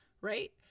right